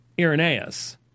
Irenaeus